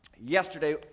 Yesterday